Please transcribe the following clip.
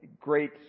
great